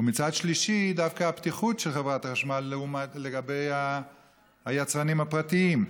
ומצד שלישי דווקא הפתיחות של חברת החשמל לגבי היצרנים הפרטיים.